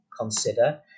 consider